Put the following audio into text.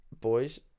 Boys